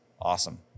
awesome